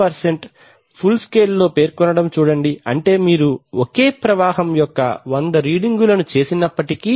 2 full scale లో పేర్కొనడం చూడండి అంటే మీరు ఒకే ప్రవాహం యొక్క 100 రీడింగులను చేసినప్పటికీ